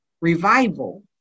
revival